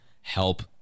help